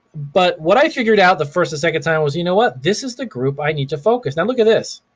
but what i figured out the first and second time is you know what? this is the group i need to focus. now look at this.